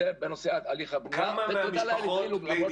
תנו לה למות